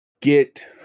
Get